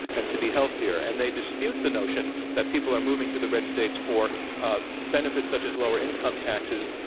and to be healthier, and they dispute the notion that people are moving to the red states for benefits, such as lower income taxes.